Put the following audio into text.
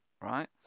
right